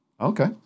Okay